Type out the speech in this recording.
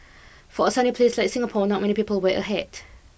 for a sunny place like Singapore not many people wear a hat